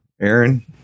Aaron